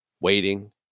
waiting